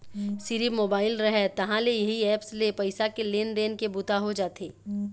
सिरिफ मोबाईल रहय तहाँ ले इही ऐप्स ले पइसा के लेन देन के बूता हो जाथे